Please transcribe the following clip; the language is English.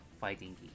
fighting